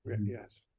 Yes